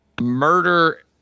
murder